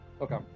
okay